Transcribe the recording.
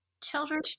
children